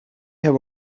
have